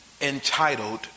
entitled